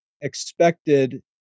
expected